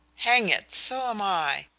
hang it so am i!